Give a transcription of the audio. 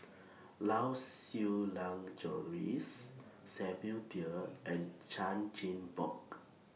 Lau Siew Lang Doris Samuel Dyer and Chan Chin Bock